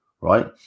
right